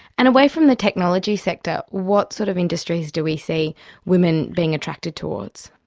and away from the technology sector, what sort of industries do we see women being attracted towards?